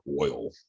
oil